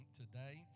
today